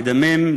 המדמם,